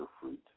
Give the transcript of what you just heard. fruit